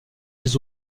les